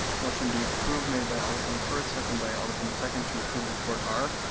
motion to approve made by alder from the first, second by alder from the second to approve report r,